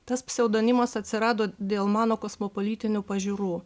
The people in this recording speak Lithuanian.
tas pseudonimas atsirado dėl mano kosmopolitinių pažiūrų